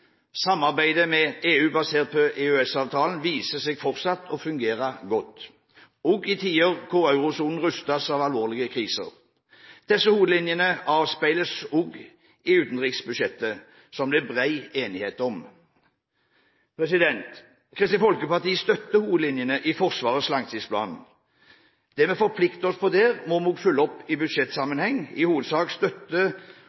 Samarbeidet med EU, basert på EØS-avtalen, viser seg fortsatt å fungere godt, også i tider hvor eurosonen rystes av alvorlige kriser. Disse hovedlinjene avspeiles også i utenriksbudsjettet, som det er bred enighet om. Kristelig Folkeparti støtter hovedlinjene i Forsvarets langtidsplan. Det vi forpliktet oss til der, må vi følge opp i